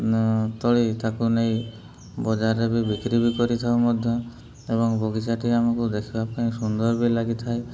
ତୋଳି ତା'କୁ ନେଇ ବଜାରରେ ବି ବିକ୍ରି ବି କରିଥାଉ ମଧ୍ୟ ଏବଂ ବଗିଚାଟି ଆମକୁ ଦେଖିବା ପାଇଁ ସୁନ୍ଦର ବି ଲାଗିଥାଏ